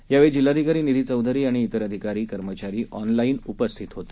यावेळी जिल्हाधिकारी निधी चौधरी आणि इतर अधिकारी कर्मचारी ऑनलाईन उपस्थित होते